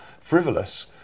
frivolous